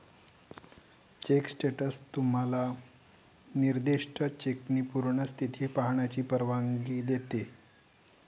check status तुम्हाला निर्दिष्ट चेकची पूर्ण स्थिती पाहण्याची परवानगी देते